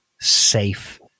safe